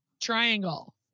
Triangle